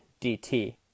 dt